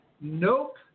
nope